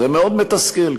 זה מאוד מתסכל,